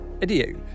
idiot